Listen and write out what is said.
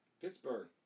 Pittsburgh